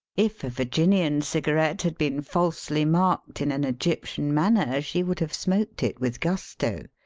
if a virginian cig arette had been falsely marked in an egyptian manner she would have smoked it with gusto.